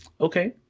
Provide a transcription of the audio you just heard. okay